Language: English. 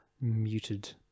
muted